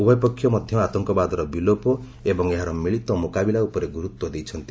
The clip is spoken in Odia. ଉଭୟ ପକ୍ଷ ମଧ୍ୟ ଆତଙ୍କବାଦର ବିଲୋପ ଏବଂ ଏହାର ମିଳିତ ମୁକାବିଲା ଉପରେ ଗୁରୁତ୍ୱ ଦେଇଛନ୍ତି